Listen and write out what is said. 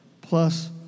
Plus